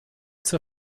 zur